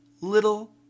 little